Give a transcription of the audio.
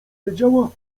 wiedziała